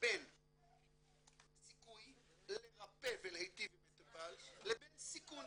בין סיכוי לרפא ולהיטיב עם מטופל לבין סיכון.